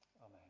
Amen